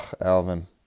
Alvin